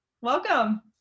Welcome